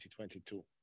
2022